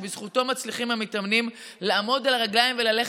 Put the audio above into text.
שבזכותה מצליחים המתאמנים לעמוד על הרגליים וללכת.